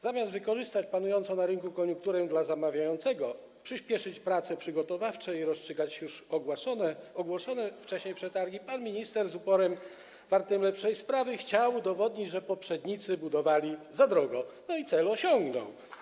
Zamiast wykorzystać panującą na rynku koniunkturę dla zamawiającego, przyspieszyć prace przygotowawcze i rozstrzygać już ogłoszone wcześniej przetargi, pan minister z uporem wartym lepszej sprawy chciał udowodnić, że poprzednicy budowali za drogo, i cel osiągnął.